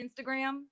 Instagram